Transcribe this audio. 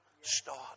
start